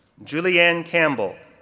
julianne campbell,